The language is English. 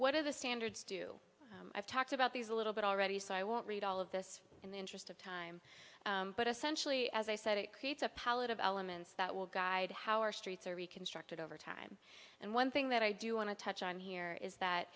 what are the standards do i've talked about these a little bit already so i won't read all of this in the interest of time but essentially as i said it creates a palette of elements that will guide how our streets are reconstructed over time and one thing that i do want to touch on here is that